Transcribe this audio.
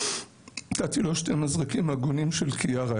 נתתי לו שני מזרקים הגונים של קיארה.